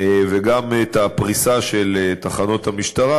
וגם את הפריסה של תחנות המשטרה,